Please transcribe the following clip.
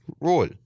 role